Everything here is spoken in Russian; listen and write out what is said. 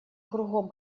кругом